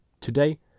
today